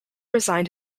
resigned